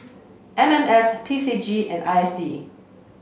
M M S P C G and I S D